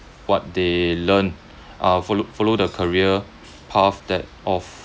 what they learn uh follow follow the career path that of